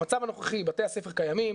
במצב הנוכחי בתי הספר קיימים,